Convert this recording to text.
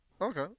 Okay